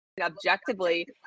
objectively